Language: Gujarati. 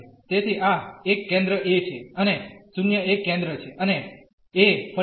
તેથી આ એક કેન્દ્ર a છે અને 0 એ કેન્દ્ર છે અને a ફરીથી ત્રિજ્યા છે